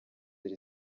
iri